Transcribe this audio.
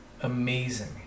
amazing